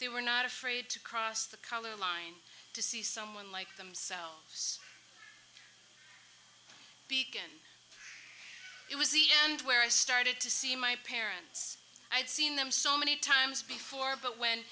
they were not afraid to cross the color line to see someone like themselves beacon it was the end where i started to see my parents i had seen them so many times before but